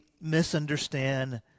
misunderstand